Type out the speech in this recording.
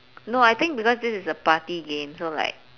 no I think because this is a party game so like